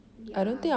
ya